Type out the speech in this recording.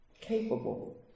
capable